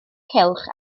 cylch